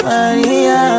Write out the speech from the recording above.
Maria